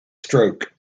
stroke